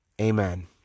Amen